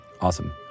Awesome